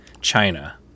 China